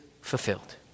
fulfilled